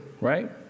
right